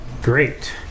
Great